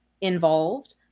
Involved